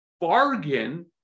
bargain